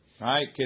right